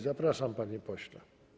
Zapraszam, panie pośle.